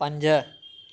पंज